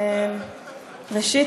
ראשית,